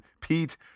Pete